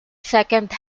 second